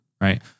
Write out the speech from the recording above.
right